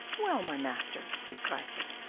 well, my master, said gryphus,